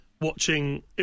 watching